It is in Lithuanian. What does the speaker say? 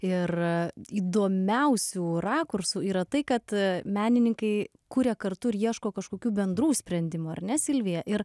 ir įdomiausių rakursų yra tai kad menininkai kuria kartu ir ieško kažkokių bendrų sprendimų ar ne silvija ir